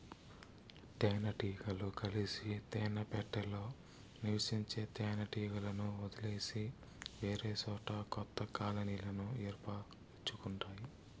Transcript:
తేనె టీగలు కలిసి తేనె పెట్టలో నివసించే తేనె టీగలను వదిలేసి వేరేసోట కొత్త కాలనీలను ఏర్పరుచుకుంటాయి